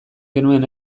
genuen